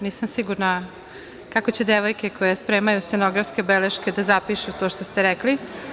Nisam sigurna kako će devojke koje spremaju stenografske beleške da zapišu to što ste rekli.